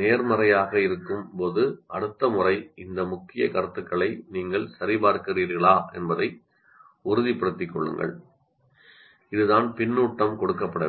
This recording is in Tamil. நேர்மறையாக இருக்கும்போது அடுத்த முறை இந்த முக்கிய கருத்துக்களை நீங்கள் சரிபார்க்கிறீர்களா என்பதை உறுதிப்படுத்திக் கொள்ளுங்கள் இதுதான் பின்னூட்டம் கொடுக்கப்பட வேண்டும்